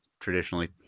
traditionally